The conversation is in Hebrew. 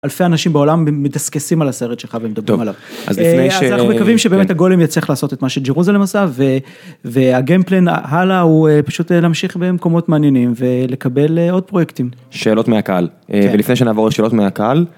אלפי אנשים בעולם מדסכסים על הסרט שלך ומדברים עליו, אז אנחנו מקווים שבאמת הגולם יצטרך לעשות את מה שג'ירוזלם למעשה והגיים פלאן הלאה הוא פשוט להמשיך במקומות מעניינים ולקבל עוד פרויקטים. שאלות מהקהל ולפני שנעבור לשאלות מהקהל.